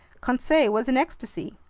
conseil was in ecstasy.